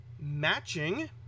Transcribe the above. matching